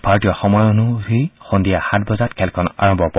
ভাৰতীয় সময় অনুসৰি সন্দিয়া সাত বজাত খেলখনআৰম্ভ হ'ব